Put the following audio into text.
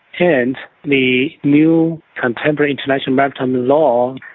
and the new contemporary international maritime law.